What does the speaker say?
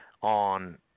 on